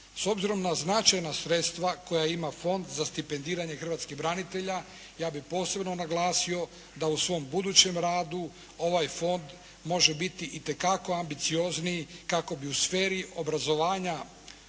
S obzirom na značajna sredstva koja ima fond za stipendiranje hrvatskih branitelja. Ja bih posebno naglasio da u svom budućem radu ovaj fond može biti itekako ambiciozniji kako bi u sferi obrazovanja